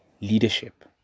leadership